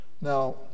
Now